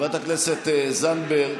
חברת הכנסת זנדברג.